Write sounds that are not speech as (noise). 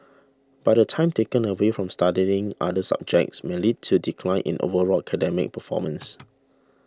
by the time taken away from studying other subjects may lead to decline in overall academic performance (noise)